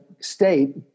state